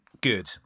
good